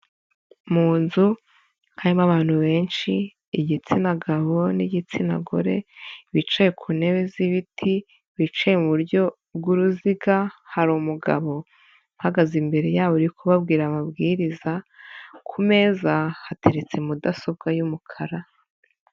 Mu nzu harimo abantu benshi igitsina gabo n'igitsina gore, bicaye ku ntebe z'ibiti bicaye mu buryo bw'uruziga, hari umugabo uhagaze imbere yabo uri kubabwira amabwiriza, ku meza hateretse mudasobwa y'umukara.